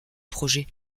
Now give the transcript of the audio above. projet